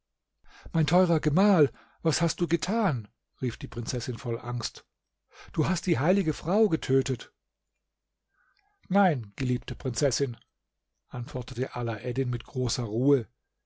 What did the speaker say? mein teurer gemahl was hast du getan rief die prinzessin voll angst du hast die heilige frau getötet nein geliebte prinzessin antwortete alaeddin mit großer ruhe